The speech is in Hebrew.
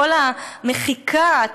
כל המחיקה,